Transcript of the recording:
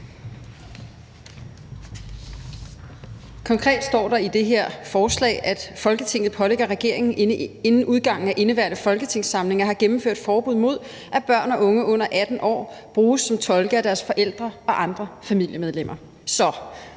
konkret i det her forslag, at Folketinget pålægger regeringen inden udgangen af indeværende folketingssamling at have gennemført forbud mod, at børn og unge under 18 år bruges som tolke af deres forældre og andre familiemedlemmer. Så